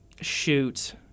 shoot